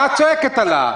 למה את צועקת עליו?